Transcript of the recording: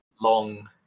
long